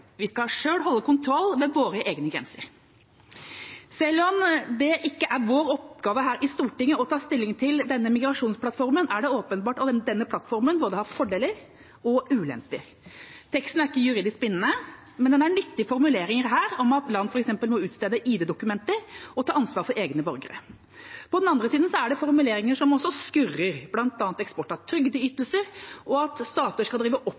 Vi skal selv holde kontroll ved våre egne grenser. Selv om det ikke er vår oppgave her i Stortinget å ta stilling til denne migrasjonsplattformen, er det åpenbart at den har både fordeler og ulemper. Teksten er ikke juridisk bindende, men det er nyttige formuleringer her om at land f.eks. må utstede ID-dokumenter og ta ansvar for egne borgere. På den andre siden er det formuleringer som også skurrer, bl.a. eksport av trygdeytelser og at stater skal drive